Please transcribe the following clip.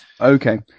Okay